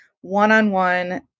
one-on-one